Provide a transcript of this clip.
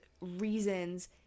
reasons